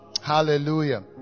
Hallelujah